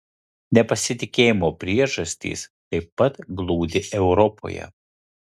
nepasitikėjimo priežastys taip pat glūdi europoje